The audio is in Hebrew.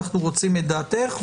אנו רוצים דעתך.